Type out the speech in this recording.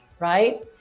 right